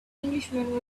englishman